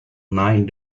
nine